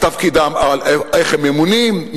איך הם ממונים,